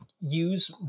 use